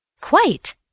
Quite